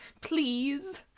Please